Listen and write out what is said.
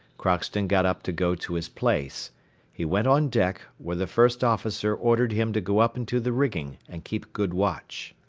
crockston got up to go to his place he went on deck, where the first officer ordered him to go up into the rigging, and keep good watch.